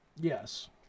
Yes